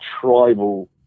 tribal